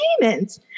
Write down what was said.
demons